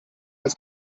als